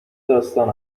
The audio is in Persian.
داستان